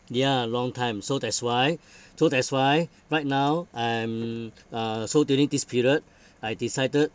ya long time so that's why so that's why right now I'm uh so during this period I decided